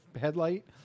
headlight